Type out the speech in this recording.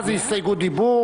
מה זה הסתייגות דיבור,